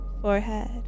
forehead